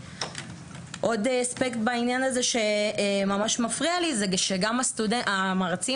עוד אספקט בעניין הזה שממש מפריע לי הוא שגם המרצים